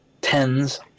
tens